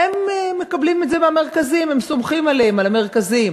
הן מקבלות את זה מהמרכזים, סומכות על המרכזים,